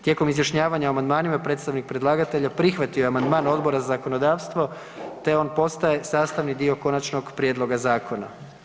Tijekom izjašnjavanjima o amandmanima predstavnik predlagatelja prihvatio je amandman Odbora za zakonodavstvo te on postaje sastavni dio konačnog prijedloga zakona.